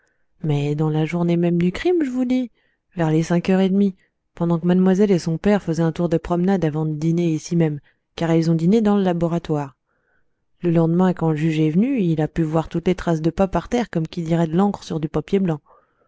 mais dans la journée même du crime j'vous dis vers les cinq heures et demie pendant que mademoiselle et son père faisaient un tour de promenade avant de dîner ici même car ils ont dîné dans le laboratoire le lendemain quand le juge est venu il a pu voir toutes les traces des pas par terre comme qui dirait de l'encre sur du papier blanc